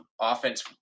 offense